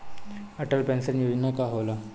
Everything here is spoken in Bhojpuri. अटल पैंसन योजना का होला?